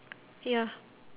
ya